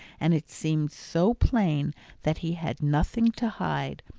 and it seemed so plain that he had nothing to hide,